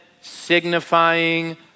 signifying